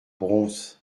broons